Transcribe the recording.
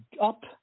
up